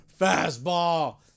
fastball